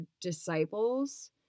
disciples